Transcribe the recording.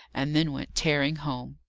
and then went tearing home.